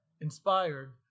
inspired